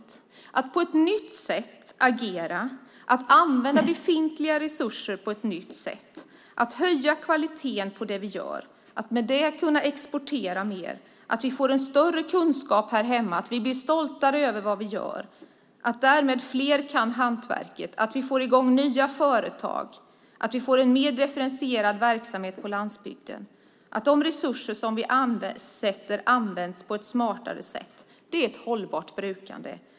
Det handlar om att agera på ett nytt sätt, att använda befintliga resurser på ett nytt sätt, att höja kvaliteten på det vi gör och därmed kunna exportera mer, att se till att vi får större kunskap här hemma, att bli stoltare över vad vi gör, att fler ska kunna hantverket, att få i gång nya företag, att få en mer differentierad verksamhet på landsbygden, att de resurser som vi avsätter används på ett smartare sätt. Det är hållbart brukande.